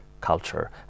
culture